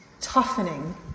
toughening